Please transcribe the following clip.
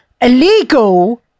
illegal